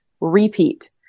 repeat